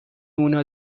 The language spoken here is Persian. اونو